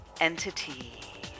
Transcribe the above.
entity